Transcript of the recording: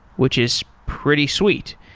which is pretty sweet.